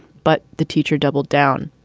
but the teacher double down.